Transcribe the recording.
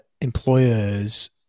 employers